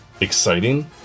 exciting